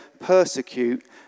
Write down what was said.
persecute